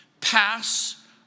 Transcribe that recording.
pass